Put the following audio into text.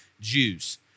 Jews